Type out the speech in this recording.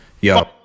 Yo